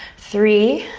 three,